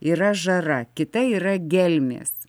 yra žara kita yra gelmės